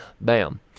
bam